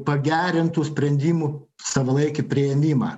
pagerintų sprendimų savalaikį priėmimą